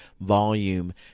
volume